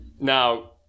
Now